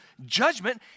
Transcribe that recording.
judgment